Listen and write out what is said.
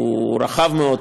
הוא רחב מאוד,